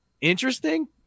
interesting